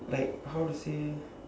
like how to say